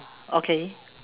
okay